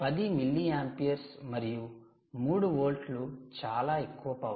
10 milliamperes మరియు 3 వోల్ట్లు చాలా ఎక్కువ పవర్